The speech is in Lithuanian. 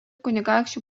kunigaikščių